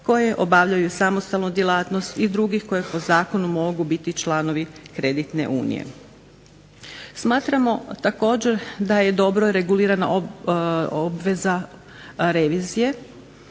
koje obavljaju samostalnu djelatnost i drugih koji po zakonu mogu biti članovi kreditne unije. Smatramo također da je dobro regulirana obveza revizije